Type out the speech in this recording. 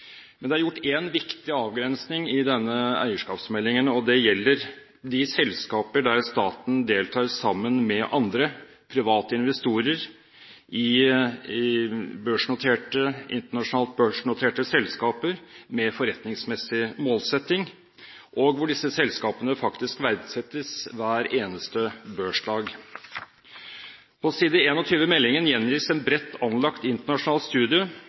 men det er gjort én viktig avgrensning i denne eierskapsmeldingen, og det gjelder de selskaper der staten deltar sammen med andre private investorer i internasjonalt børsnoterte selskaper med forretningsmessig målsetting, og hvor disse selskapene faktisk verdsettes hver eneste børsdag. På side 21 i meldingen gjengis en bredt anlagt internasjonal studie